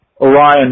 Orion